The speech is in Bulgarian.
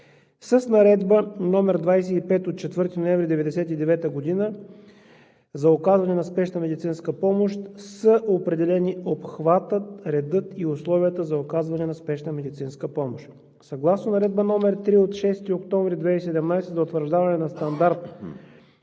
С Наредба № 25 от 4 ноември 1999 г. за оказване на спешна медицинска помощ са определени обхватът, редът и условията за оказване на спешна медицинска помощ. Съгласно Наредба № 3 от 6 октомври 2017 г. за утвърждаване на